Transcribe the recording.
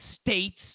states